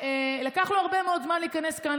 לקח הרבה מאוד זמן להיכנס לכאן,